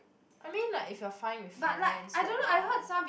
I mean like if you are fine with finance right now